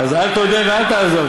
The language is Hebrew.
אז אל תודה ואל תעזוב,